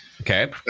Okay